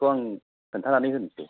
बेखौ आं खोन्थानानै होनसै